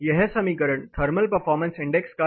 यह समीकरण thermal performance index का है